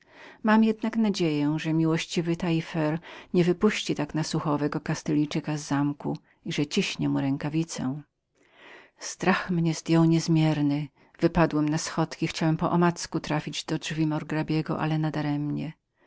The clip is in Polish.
mam jednak nadzieję że wielce możny a miłościwy taille fer nie wypuści tak na sucho owego kastylijana i że ciśnie mu rękawicę strach mnie zdjął niezmierny wypadłem na schodki chciałem poomacku trafić do drzwi murgrabiego ale nadaremnie